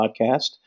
podcast